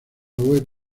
web